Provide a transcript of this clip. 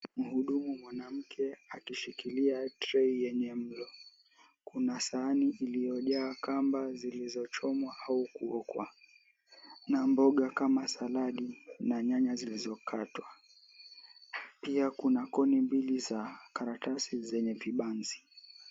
Mhudumu mwanamke akishikilia trei yenye mlo kuna sahani iliyojaa kamba zilizochomwa au kuokwa na mboga kama saladi na nyanya zilizokatwa pia kuna coni mbili za karatasi zenye vibanzi.